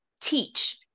teach